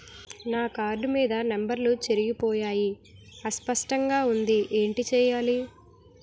నా కార్డ్ మీద నంబర్లు చెరిగిపోయాయి అస్పష్టంగా వుంది ఏంటి చేయాలి?